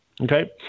Okay